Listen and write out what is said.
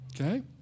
Okay